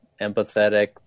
empathetic